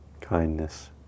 kindness